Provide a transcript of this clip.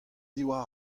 diwar